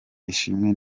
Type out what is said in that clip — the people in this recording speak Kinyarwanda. ishimwe